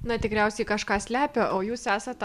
na tikriausiai kažką slepia o jūs esat